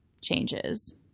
changes